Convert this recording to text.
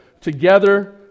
together